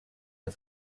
der